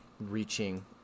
reaching